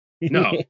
No